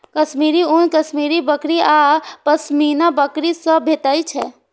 कश्मीरी ऊन कश्मीरी बकरी आ पश्मीना बकरी सं भेटै छै